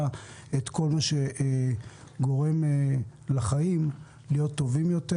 ואת כל מה שגורם לחיים להיות טובים יותר